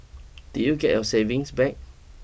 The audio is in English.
did you get your savings back